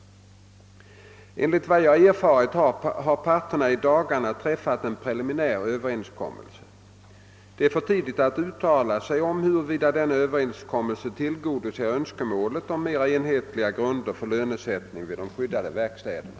Enligt vad jag erfarit har parterna i dagarna träffat en preliminär Ööverenskommelse. Det är för tidigt att uttala sig om huruvida denna överenskommelse tillgodoser önskemålet om mera enhetliga grunder för lönesättningen vid de skyddade verkstäderna.